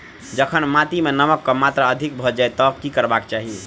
जखन माटि मे नमक कऽ मात्रा अधिक भऽ जाय तऽ की करबाक चाहि?